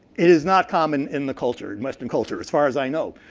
is not common in the culture, in western culture as far as i know.